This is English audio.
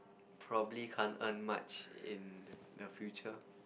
probably can't earn much in the future